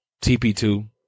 TP2